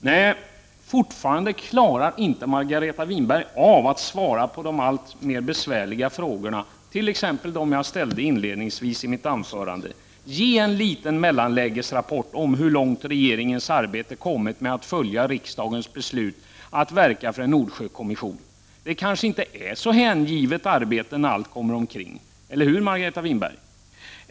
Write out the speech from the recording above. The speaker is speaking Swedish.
Nej, fortfarande klarar inte Margareta Winberg av att svara på de alltmer besvärliga frågorna, t.ex. dem jag ställde inledningsvis i mitt första anförande. Ge en liten mellanlägesrapport om hur långt regeringens arbete kommit med att följa riksdagens beslut att verka för en Nordsjökommission! Det kanske inte är så hängivet arbete när allt kommer omkring. Eller hur, Margareta Winberg?